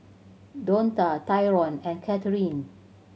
Donta Tyron and Kathryne